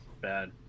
bad